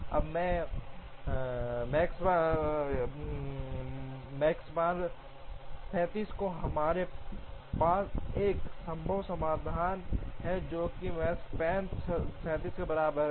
अब मैक्स्पान 37 और हमारे पास एक संभव समाधान है जो कि Makespan 37 के बराबर है